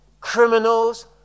criminals